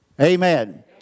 Amen